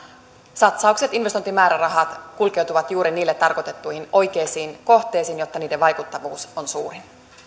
satsaukset investointimäärärahat kulkeutuvat juuri niille tarkoitettuihin oikeisiin kohteisiin jotta niiden vaikuttavuus on suurin